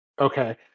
Okay